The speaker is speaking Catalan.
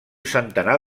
centenar